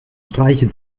streiche